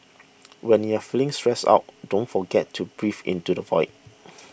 when you are feeling stressed out don't forget to breathe into the void